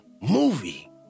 movie